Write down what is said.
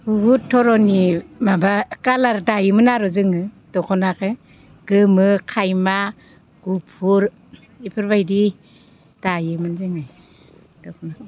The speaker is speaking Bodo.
बुहुत धरननि माबा कालार दायोमोन आरो जोङो दखनाखौ गोमो खायमा गुफुर बेफोरबायदि दायोमोन जोङो दखनाखौ